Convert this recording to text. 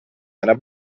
einer